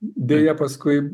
deja paskui